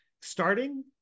starting